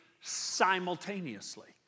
simultaneously